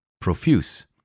profuse